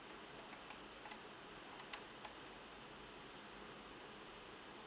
uh